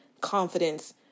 confidence